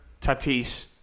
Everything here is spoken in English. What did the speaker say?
Tatis